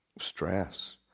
stress